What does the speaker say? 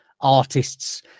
artists